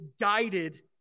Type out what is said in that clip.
guided